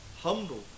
humble